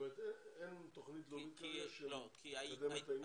זאת אומרת אין תוכנית לאומית כרגע שמקדמת את העניין?